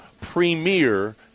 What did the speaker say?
premier